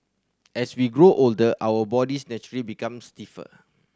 as we grow older our bodies naturally become stiffer